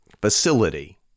facility